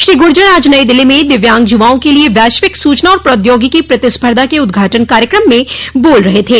श्री गुर्जर आज नई दिल्ली में दिव्यांग युवाओं के लिए वैश्विक सूचना और प्रौद्योगिकी प्रतिस्पर्धा के उद्घाटन कार्यक्रम में बोल रहे थे